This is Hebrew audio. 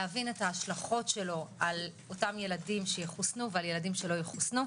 להבין את השלכותיו על אותם ילדים שחוסנו ושלא יחוסנו,